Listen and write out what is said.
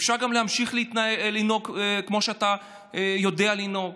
אפשר גם להמשיך לנהוג כמו שאתה יודע לנהוג,